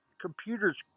computers